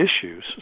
issues